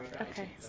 Okay